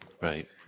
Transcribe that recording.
Right